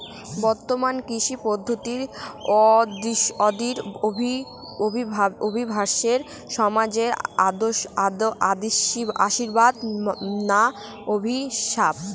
বর্তমান কৃষি পদ্ধতি অদূর ভবিষ্যতে সমাজে আশীর্বাদ না অভিশাপ?